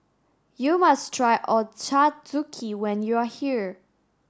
you must try Ochazuke when you are here